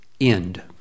end